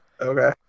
Okay